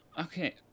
Okay